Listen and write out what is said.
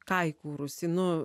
ką įkūrusį nu